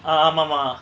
ah ஆமா மா:aama ma